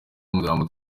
amagambo